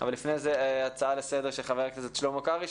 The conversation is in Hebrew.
אבל לפני זה הצעה לסדר של ח"כ שלמה קרעי.